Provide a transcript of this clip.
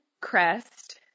crest